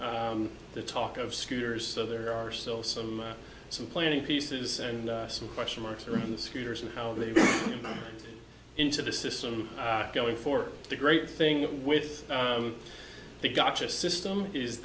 the talk of scooters so there are still some some planning pieces and some question marks around the scooters and how they go into the system going for the great thing with the gotcha system is